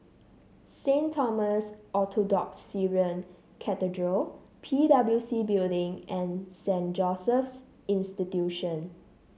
Saint Thomas Orthodox Syrian Cathedral P W C Building and Saint Joseph's Institution